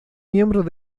miembros